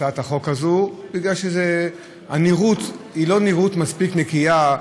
הצעת החוק הזאת בגלל שהנראות לא מספיק נקייה,